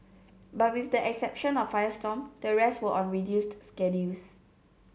but with the exception of Firestorm the rest were on reduced schedules